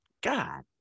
God